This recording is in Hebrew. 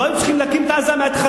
לא היו צריכים להקים את עזה מההתחלה.